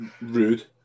rude